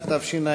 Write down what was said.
התשע"ו